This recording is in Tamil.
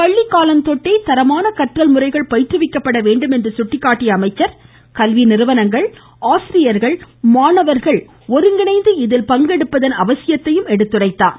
பள்ளித்தொட்டே தரமான கற்றல் முறைகள் பயிற்றுவிக்கப்பட வேண்டும் என்று சுட்டிக்காட்டிய அவர் கல்வி நிறுவனங்கள் ஆசிரியர்கள் மாணவர்கள் ஆகியோர் ஒருங்கிணைந்து இதில் பங்கெடுப்பதன் அவசியத்தையும் எடுத்துரைத்தார்